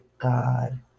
God